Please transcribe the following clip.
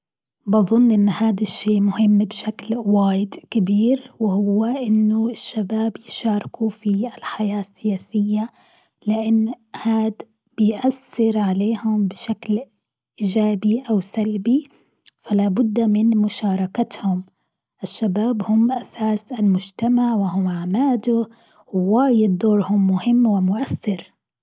بظن إن هاد الشيء مهم بشكل واجد كبير وهو إنه الشباب يشاركوا في الحياة السياسية لإن هاد بيأثر عليهم بشكل إيجابي أو سلبي فلابد من مشاركتهم، الشباب هم أساس المجتمع وهو عماده وواجد دورهم مهم ومؤثر.